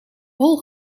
hol